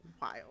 Wild